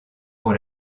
pour